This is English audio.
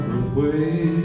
away